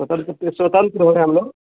स्वतंत्र से स्वतंत्र हुए हम लोग